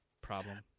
problem